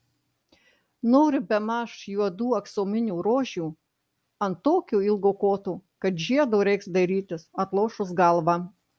noriu bemaž juodų aksominių rožių ant tokio ilgo koto kad žiedo reiks dairytis atlošus galvą